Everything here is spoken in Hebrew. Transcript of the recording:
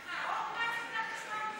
עוד פעם נצטרך לשמוע אותו?